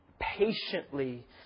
patiently